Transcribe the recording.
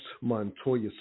Montoya